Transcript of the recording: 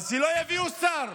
אז שלא יביאו שר.